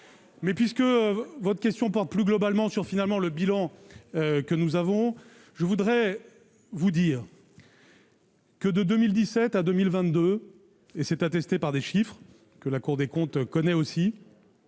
Mais puisque votre question porte plus globalement sur finalement le bilan que nous avons, je voudrais vous dire. Que de 2017 à 2000 22 et cette attestée par des chiffres que la Cour des comptes connaît aussi